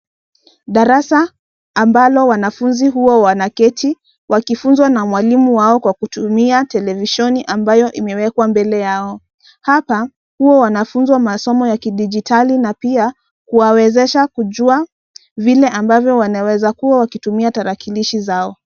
Darasa ambalo wanafunzi huwa wanaketi wakifunzwa na mwalimu wao kwa kutumia televisheni ambayo imewekwa mbele yao. Hapa, huwa wanafunzwa masomo ya kidijitali na pia kuwawezesha kujua vile ambavyo wanaweza kuwa wakitumia tarakilishi zao.